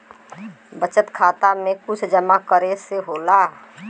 बचत खाता मे कुछ जमा करे से होला?